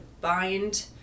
bind